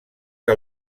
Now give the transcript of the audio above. que